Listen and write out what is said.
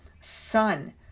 sun